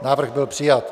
Návrh byl přijat.